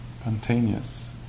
spontaneous